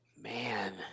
Man